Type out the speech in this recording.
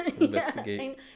investigate